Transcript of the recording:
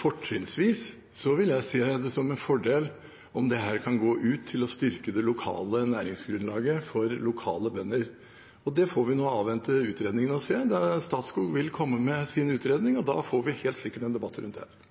Fortrinnsvis vil jeg se det som en fordel om dette kan gå til å styrke det lokale næringsgrunnlaget for lokale bønder. Vi får avvente utredningen og se. Statskog vil komme med sin utredning, og da får vi helt sikkert en debatt rundt